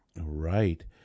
Right